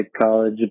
college